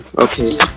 Okay